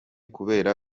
kubera